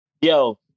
yo